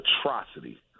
atrocity